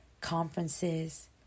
conferences